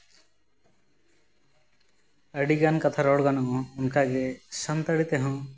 ᱟᱹᱰᱤᱜᱟᱱ ᱠᱟᱛᱷᱟ ᱨᱚᱲ ᱜᱟᱱᱚᱜᱼᱟ ᱚᱱᱠᱟ ᱜᱮ ᱥᱟᱱᱛᱟᱲᱤ ᱛᱮᱦᱚᱸ